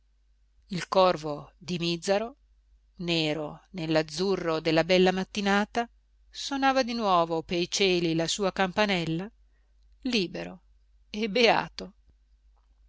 il corvo di mìzzaro nero nell'azzurro della bella mattinata sonava di nuovo pei cieli la sua campanella libero e beato